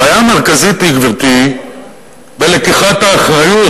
הבעיה המרכזית היא בלקיחת האחריות,